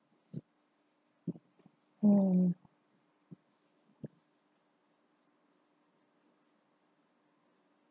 mm